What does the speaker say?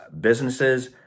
businesses